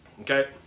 Okay